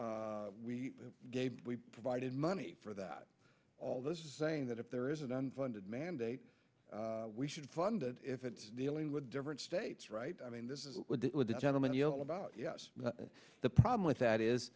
we gave we provided money for that all this is saying that if there is an unfunded mandate we should fund it if it's dealing with different states right i mean this is a gentleman yell about yes the problem with that